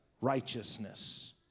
righteousness